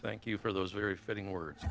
thank you for those very fitting words